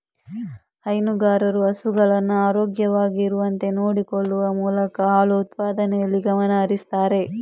ಹೈನುಗಾರರು ಹಸುಗಳನ್ನ ಆರೋಗ್ಯವಾಗಿ ಇರುವಂತೆ ನೋಡಿಕೊಳ್ಳುವ ಮೂಲಕ ಹಾಲು ಉತ್ಪಾದನೆಯಲ್ಲಿ ಗಮನ ಹರಿಸ್ತಾರೆ